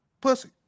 pussy